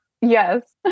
yes